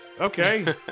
Okay